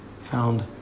found